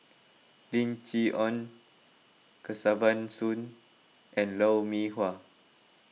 Lim Chee Onn Kesavan Soon and Lou Mee Wah